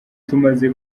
tumaze